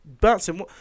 bouncing